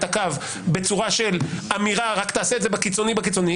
הקו בצורה של אמירה שתעשה את זה רק בקיצוני-קיצוני,